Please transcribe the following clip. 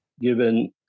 given